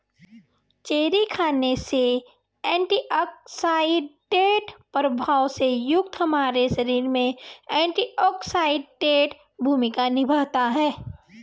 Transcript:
cherry खाने से antioxidant प्रभाव से युक्त हमारे शरीर में एंटीऑक्सीडेंट भूमिका निभाता है